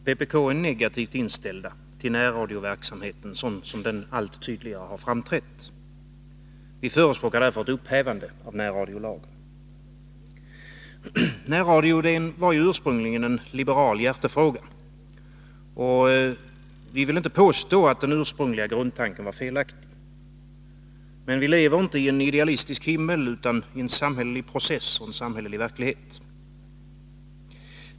Herr talman! Vpk är negativt inställt till närradioverksamheten sådan som den allt tydligare har framträtt. Vi förespråkar därför ett upphävande av närradiolagen. Närradioidén var ju ursprungligen en liberal hjärtefråga, och vi vill inte påstå att den ursprungliga grundtanken var felaktig. Men vi lever inte i en idealistisk himmel utan i en samhällelig process och en samhällelig verklighet.